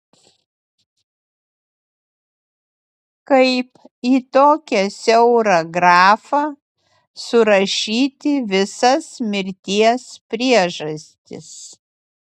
kaip į tokią siaurą grafą surašyti visas mirties priežastis